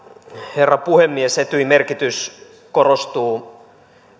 herra puhemies etyjin merkitys korostuu